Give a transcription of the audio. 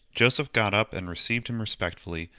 joseph got up and received him respectfully,